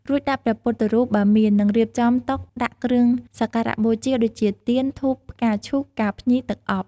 រួចដាក់ព្រះពុទ្ធរូប បើមាន និងរៀបចំតុដាក់គ្រឿងសក្ការៈបូជាដូចជា ទៀន ធូប ផ្កាឈូក ផ្កាភ្ញី ទឹកអប់។